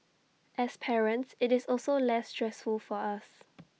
as parents IT is also less stressful for us